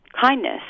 kindness